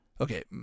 Okay